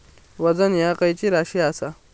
वजन ह्या खैची राशी असा?